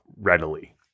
readily